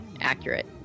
accurate